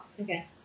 Okay